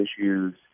issues